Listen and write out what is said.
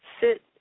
sit